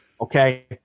Okay